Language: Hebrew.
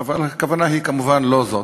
אבל הכוונה היא כמובן לא זאת.